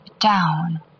down